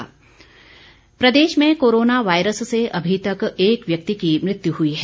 corona प्रतिबंध प्रदेश में कोरोना वायरस से अभी तक एक व्यक्ति की मृत्यु हुई है